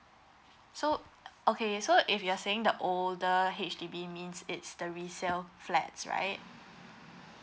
so okay so if you are saying the older H_D_B means it's the resale flats right